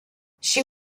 she